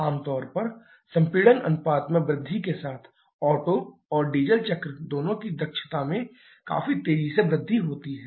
आमतौर पर संपीड़न अनुपात में वृद्धि के साथ ओटो और डीजल चक्र दोनों की दक्षता में काफी तेजी से वृद्धि होती है